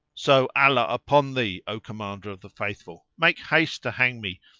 so allah upon thee, o commander of the faithful, make haste to hang me,